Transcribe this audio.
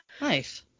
Nice